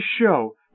show